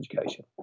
education